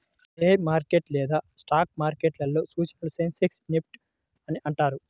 share market లేదా stock మార్కెట్లో సూచీలను సెన్సెక్స్, నిఫ్టీ అని అంటారు